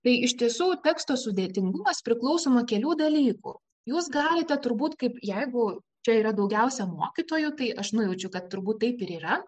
tai iš tiesų teksto sudėtingumas priklauso nuo kelių dalykų jūs galite turbūt kaip jeigu čia yra daugiausia mokytojų tai aš nujaučiu kad turbūt taip ir yra